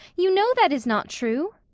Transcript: you know that is not true.